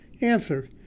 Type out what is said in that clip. Answer